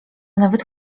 nawet